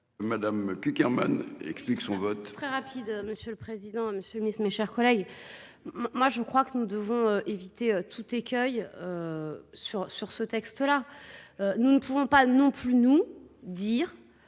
Madame Cukierman explique son vote. Très rapide, monsieur le président, monsieur Miss mes chers collègues. Moi je crois que nous devons éviter tout écueil. Sur sur ce texte là. Nous ne pouvons pas non plus nous dire